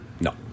No